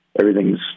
everything's